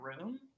room